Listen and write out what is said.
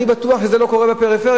אני בטוח שזה לא קורה בפריפריה.